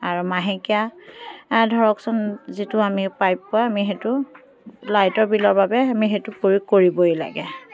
আৰু মাহেকীয়া ধৰকচোন যিটো আমি প্ৰাপ্য আমি সেইটো লাইটৰ বিলৰ বাবে আমি সেইটো প্ৰয়োগ কৰিবই লাগে